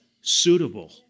suitable